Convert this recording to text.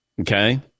Okay